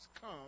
come